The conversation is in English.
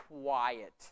quiet